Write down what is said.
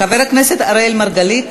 חבר הכנסת אראל מרגלית.